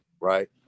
Right